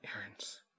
errands